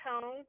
tone